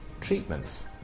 treatments